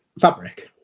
fabric